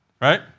Right